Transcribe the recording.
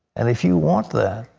and if you want that,